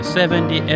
Seventy